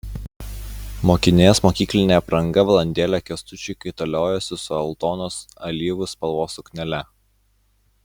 mokinės mokyklinė apranga valandėlę kęstučiui kaitaliojosi su aldonos alyvų spalvos suknele